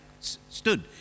Stood